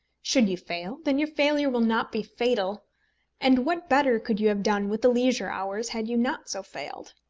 should you fail, then your failure will not be fatal and what better could you have done with the leisure hours had you not so failed?